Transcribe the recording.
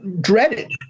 dreaded